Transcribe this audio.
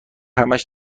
همش